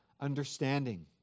understanding